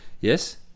Yes